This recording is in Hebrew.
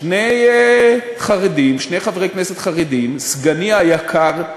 שני חברי כנסת חרדים: סגני היקר,